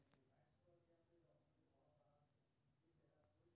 state Bank of India भारतक सबसं पैघ सार्वजनिक क्षेत्र के बैंक छियै